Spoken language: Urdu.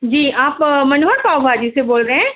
جی آپ منڈوا پاؤ بھاجی سے بول رہے ہیں